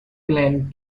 clan